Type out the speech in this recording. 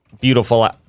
beautiful